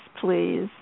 please